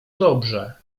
dobrze